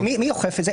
מי אוכף את זה?